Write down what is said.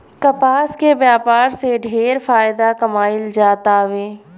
कपास के व्यापार से ढेरे फायदा कमाईल जातावे